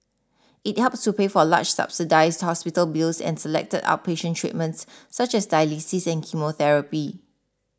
it helps to pay for large subsidised hospital bills and selected outpatient treatments such as dialysis and chemotherapy